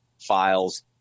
files